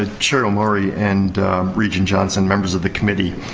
ah chair omari and regent johnson, members of the committee,